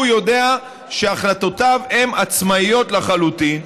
הוא יודע שהחלטותיו הן עצמאיות לחלוטין,